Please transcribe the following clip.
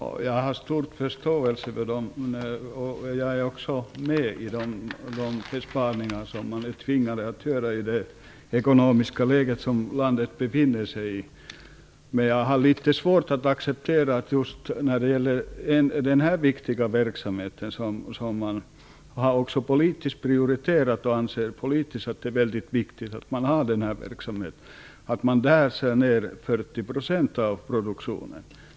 Fru talman! Jag har stor förståelse för och är också med på de besparingar som man är tvingad att göra i det ekonomiska läge som landet befinner sig i. Men jag har litet svårt att acceptera att man skär ned produktionen med 40 % just när det gäller den här verksamheten som man också har prioriterat politiskt och ansett att den är mycket viktig.